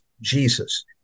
Jesus